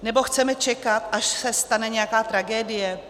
Nebo chceme čekat, až se stane nějaká tragédie?